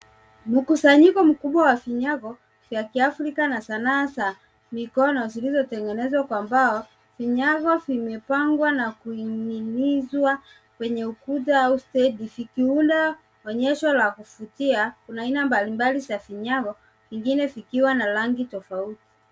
Mkusanyiko mkubwa wa vinyago vya kiafrika na sanaa za mikono zilizotengenezwa kwa mbao. Vinyago vimepangwa na kuning'inizwa kwenye ukuta au stendi, zikiunda onyesho la kuvutia. Kuna aina mbalimbali za vinyago, vingine vikiwa na rangi tofauti.